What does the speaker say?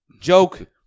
Joke